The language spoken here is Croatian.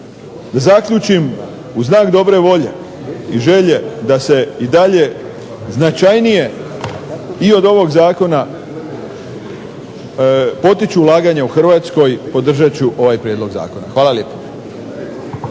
Da zaključim, u znak dobre volje i želje da se i dalje značajnije i od ovog Zakona potiču ulaganja u Hrvatskoj podržat ću ovaj prijedlog Zakona. Hvala lijepo.